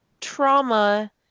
Trauma